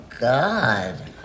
God